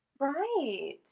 Right